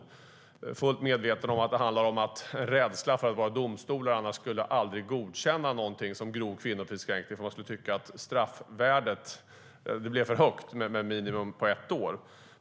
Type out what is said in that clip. Jag är fullt medveten om att det handlar om rädsla för att våra domstolar aldrig skulle godkänna något som grov kvinnofridskränkning, utan skulle tycka att straffvärdet blev för högt med ett minimum på ett år.